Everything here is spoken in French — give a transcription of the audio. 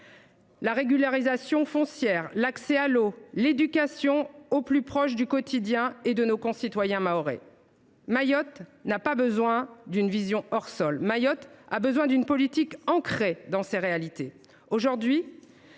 la régularisation foncière, l’accès à l’eau, l’éducation, au plus proche du quotidien de nos concitoyens mahorais. Mayotte n’a pas besoin d’une vision hors sol, il lui faut une politique ancrée dans ses réalités.